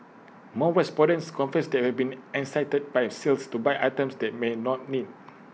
more respondents confess they have been enticed by A sales to buy items they may not need